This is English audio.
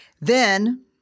Then-